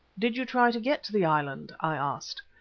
did you try to get to the island? i asked.